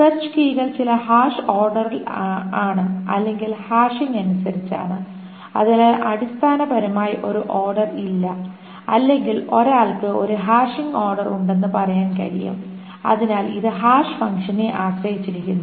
search കീകൾ ചില hash ഓർഡറിലാണ് അല്ലെങ്കിൽ ഹാഷിംഗ് അനുസരിച്ചാണ് അതിനാൽ അടിസ്ഥാനപരമായി ഒരു ഓർഡർ ഇല്ല അല്ലെങ്കിൽ ഒരാൾക്ക് ഒരു ഹാഷിംഗ് ഓർഡർ ഉണ്ടെന്ന് പറയാൻ കഴിയും അതിനാൽ ഇത് ഹാഷ് ഫംഗ്ഷനെ ആശ്രയിച്ചിരിക്കുന്നു